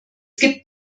gibt